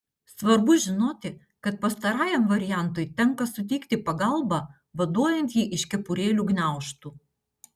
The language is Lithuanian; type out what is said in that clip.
svarbu žinoti kad pastarajam variantui tenka suteikti pagalbą vaduojant jį iš kepurėlių gniaužtų